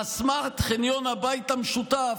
חסמה את חניון הבית המשותף,